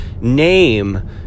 name